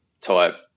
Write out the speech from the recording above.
type